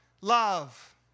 love